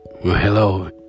hello